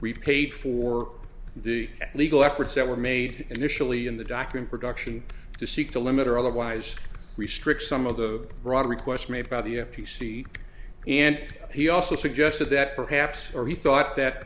repaid for the legal efforts that were made initially in the doctrine production to seek to limit or otherwise restrict some of the broader requests made by the f t c and he also suggested that perhaps or he thought that